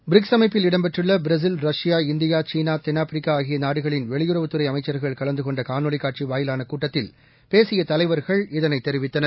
BRICS அமைப்பில் இடம்பெற்றுள்ள Brazil Russia India சீனா தென்னாப்பிரிக்கா ஆகிய நாடுகளின் வெளியுறவுத்துறை அமைச்சர்கள் கலந்து கொண்ட காணொலிக் காட்சி வாயிலான கூட்டத்தில் பேசிய தலைவர்கள் இதனைத் தெரிவித்தனர்